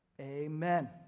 Amen